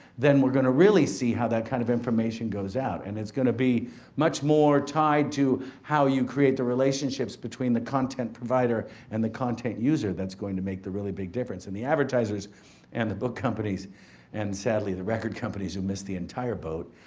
then we're gonna really see how that kind of information goes out. and it's gonna be much more tied to how you create the relationships between the content provider and the content user that's going to make the really big difference. and the advertisers and the book companies and, sadly, the record companies have missed the entire boat,